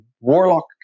Warlock